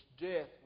death